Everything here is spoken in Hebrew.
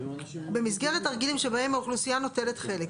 במסגרת תרגילים שבהם האוכלוסייה נוטלת חלק,